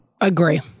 Agree